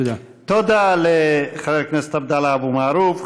תודה לחבר הכנסת עבדאללה אבו מערוף.